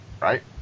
Right